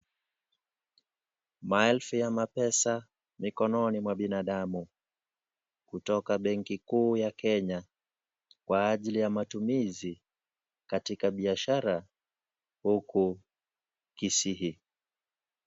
Maelfu ya mapesa, mikononi ya binadamu kutoka benki kuu ya Kenya kwa ajiri ya matumuzi katika biashara huku Kisii.